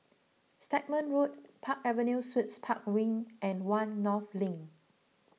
Stagmont Road Park Avenue Suites Park Wing and one North Link